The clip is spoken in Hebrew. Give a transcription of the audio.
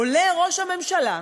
עולה ראש הממשלה,